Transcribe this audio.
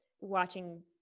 watching